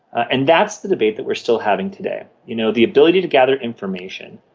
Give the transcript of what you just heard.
and that's the debate that we are still having today. you know, the ability to gather information,